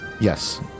Yes